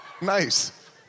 Nice